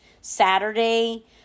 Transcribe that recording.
Saturday